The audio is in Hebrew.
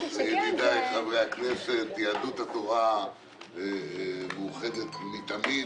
לידידיי חברי הכנסת, יהדות התורה מאוחדת מתמיד.